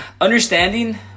understanding